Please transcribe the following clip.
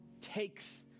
takes